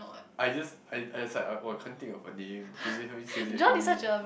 I just I I just like oh can't think of a name can you help me choose it for me